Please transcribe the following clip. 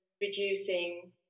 reducing